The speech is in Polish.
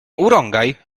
urągaj